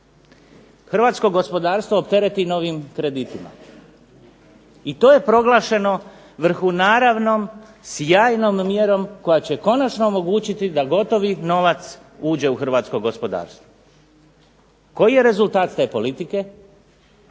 hrvatsko gospodarstvo optereti novim kreditima i to je proglašeno vrhu naravnom sjajnom mjerom koja će konačno omogućiti da gotovi novac uđe u hrvatsko gospodarstvo. Koji je rezultat te politike?